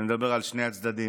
ואני מדבר על שני הצדדים,